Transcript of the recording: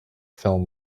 film